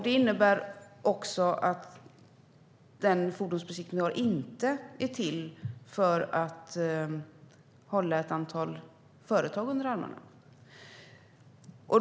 Det innebär att fordonsbesiktningen inte är till för att hålla ett antal företag under armarna.